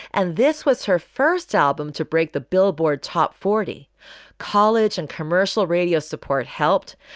and this was her first album to break the billboard top forty college and commercial radio support helped.